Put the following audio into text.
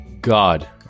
God